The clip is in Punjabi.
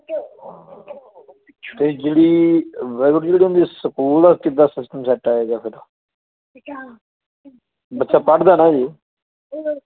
ਅਤੇ ਜਿਹੜੀ ਵਾਹਿਗੁਰੂ ਜੀ ਇਹਦੇ ਹੁੰਦੇ ਸਕੂਲ ਦਾ ਕਿੱਦਾ ਸਿਸਟਮ ਸੈਟ ਆਏਗਾ ਫਿਰ ਬੱਚਾ ਪੜ੍ਹਦਾ ਨਾ ਹਜੇ